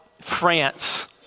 France